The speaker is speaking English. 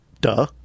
Duh